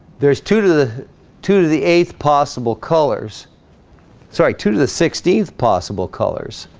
there's two to the two to the eighth possible colors sorry two to the sixteenth possible colors